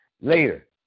later